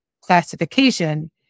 classification